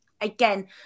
Again